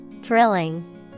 Thrilling